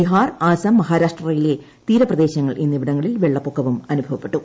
ബിഹാർ അസം മഹാരാഷ്ട്രയിലെ തീർപ്രദേശങ്ങൾ എന്നിവിടങ്ങളിൽ വെള്ളപ്പൊക്ക്വും അനുഭവപ്പെട്ടു